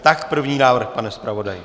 Tak první návrh, pane zpravodaji.